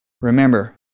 remember